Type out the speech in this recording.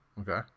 Okay